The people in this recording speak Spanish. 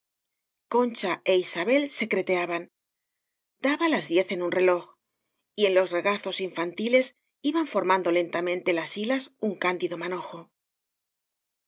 concha é isabel secreteaban daba las diez un reloj y en los regazos in fantiles iban formando lentamente las hilas un cándido manojo